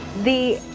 the.